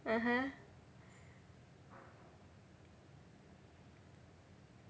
(uh huh)